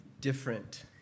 different